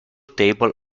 table